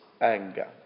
anger